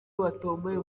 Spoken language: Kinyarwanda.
watomboye